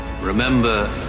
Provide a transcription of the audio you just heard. Remember